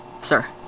sir